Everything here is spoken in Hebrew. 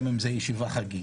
גם אם זאת ישיבה חגיגית,